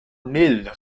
milles